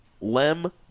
Lem